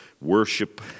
worship